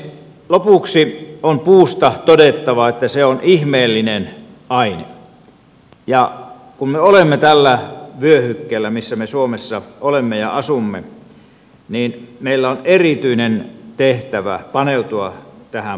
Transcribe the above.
lopuksi on puusta todettava että se on ihmeellinen aine ja kun me olemme tällä vyöhykkeellä missä me suomessa olemme ja asumme niin meillä on erityinen tehtävä paneutua tähän puuhun